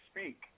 speak